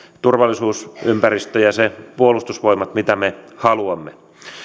turvallisuusympäristö ja se puolustusvoimat mitä me haluamme